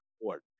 board